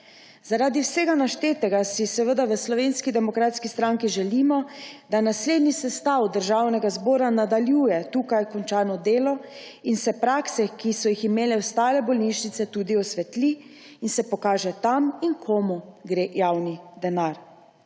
Zaradi vsega naštetega si seveda v Slovenski demokratski stranki želimo, da naslednji sestav državnega zbora nadaljuje tukaj končano delo in se prakse, ki so jih imele ostale bolnišnice, tudi osvetli in se pokaže, kam in komu gre javni denar.